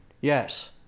Yes